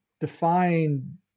define